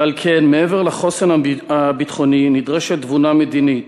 ועל כן, מעבר לחוסן הביטחוני נדרשת תבונה מדינית.